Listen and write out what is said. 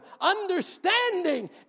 understanding